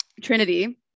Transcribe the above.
Trinity